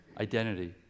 identity